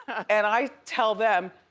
and i tell them,